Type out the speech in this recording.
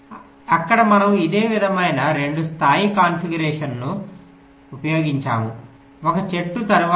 అక్కడ మనము ఇదే విధమైన 2 స్థాయి కాన్ఫిగరేషన్ను ఉపయోగించాము ఒక చెట్టు తరువాత గ్రిడ్